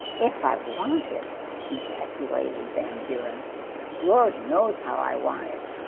if i want it ejaculated been guren lord knows how i want it